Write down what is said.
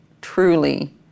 truly